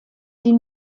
sie